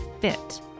fit